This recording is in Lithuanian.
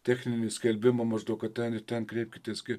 techninį skelbimą maždaug kad ten ir ten kreipkitės kai